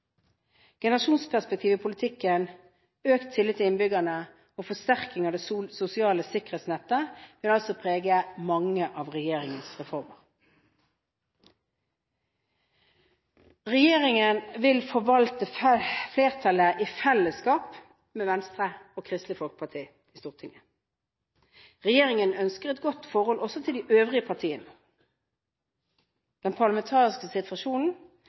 Generasjonsperspektivet i politikken, økt tillit til innbyggerne og forsterking av det sosiale sikkerhetsnettet vil altså prege mange av regjeringens reformer. Regjeringen vil forvalte flertallet i fellesskap med Venstre og Kristelig Folkeparti i Stortinget. Regjeringen ønsker et godt forhold også til de øvrige partiene. Den parlamentariske situasjonen